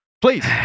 please